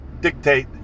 dictate